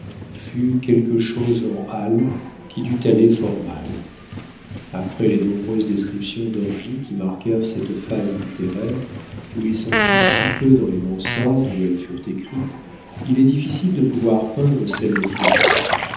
fut quelque chose en al qui dut aller fort mal après les nombreuses descriptions d'orgies qui marquèrent cette phase littéraire où il s'en fit si peu dans les mansardes où elles furent écrites il est difficile de pouvoir peindre celle de florine